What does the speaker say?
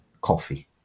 coffee